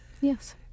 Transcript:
Yes